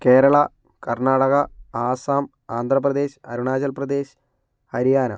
Kerala Karnataka Assam Andhra Pradesh Arunachal Pradesh Haryana